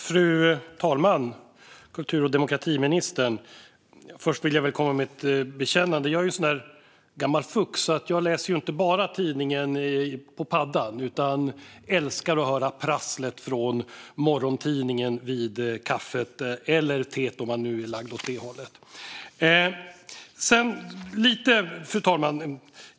Fru talman! Kultur och demokratiministern! Först vill jag bekänna något. Jag är en sådan där gammal fux, så jag läser inte bara tidningen på paddan utan älskar att höra prasslet från morgontidningen vid kaffet, eller teet om man nu är lagd åt det hållet. Fru talman!